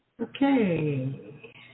Okay